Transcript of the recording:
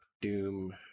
Doom